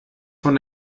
von